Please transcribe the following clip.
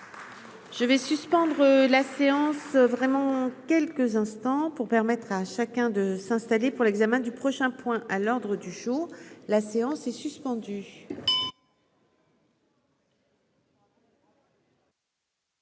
Je vais suspendre la séance vraiment. Quelques instants pour permettre à chacun de s'installer pour l'examen du prochain point à l'ordre du jour, la séance est suspendue.